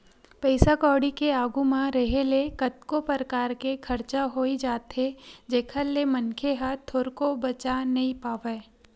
पइसा कउड़ी के आघू म रेहे ले कतको परकार के खरचा होई जाथे जेखर ले मनखे ह थोरको बचा नइ पावय